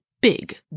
big